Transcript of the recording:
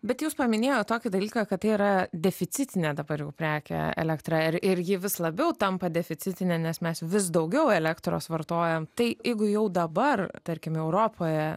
bet jūs paminėjot tokį dalyką kad tai yra deficitinė dabar jau prekė elektra ir ji vis labiau tampa deficitinė nes mes vis daugiau elektros vartojam tai jeigu jau dabar tarkim europoje